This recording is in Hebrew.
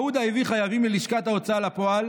מעודה הביא חייבים ללשכת ההוצאה לפועל